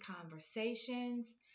conversations